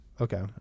Okay